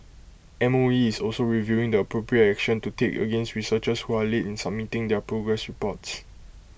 M O E is also reviewing the appropriate action to take against researchers who are late in submitting their progress reports